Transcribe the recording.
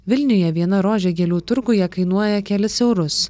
vilniuje viena rožė gėlių turguje kainuoja kelis eurus